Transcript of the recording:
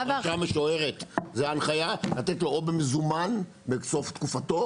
זו הנחיה לתת לו או במזומן בסוף תקופתו